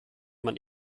man